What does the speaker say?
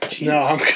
No